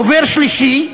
דובר שלישי,